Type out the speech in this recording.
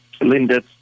Linda